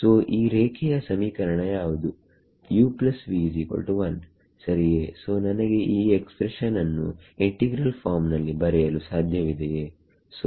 ಸೋಈ ರೇಖೆಯ ಸಮೀಕರಣ ಯಾವುದು uv1 ಸರಿಯೇ ಸೋ ನನಗೆ ಈ ಎಕ್ಸ್ಪ್ರೆಷನ್ ನ್ನು ಇಂಟಿಗ್ರಲ್ ಫಾರ್ಮ್ ನಲ್ಲಿ ಬರೆಯಲು ಸಾಧ್ಯವಿದೆಯೇ